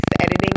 editing